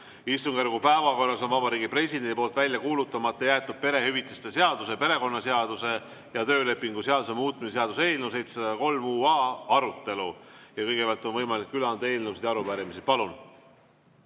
Istungjärgu päevakorras on Vabariigi Presidendi poolt välja kuulutamata jäetud perehüvitiste seaduse, perekonnaseaduse ja töölepingu seaduse muutmise seaduse eelnõu 703 arutelu. Kõigepealt on võimalik üle anda eelnõusid ja arupärimisi. Palun!